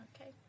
Okay